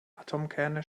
atomkerne